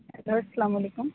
hello السّلام علیکم